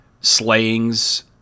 slayings